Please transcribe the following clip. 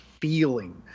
feeling